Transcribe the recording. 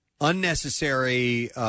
unnecessary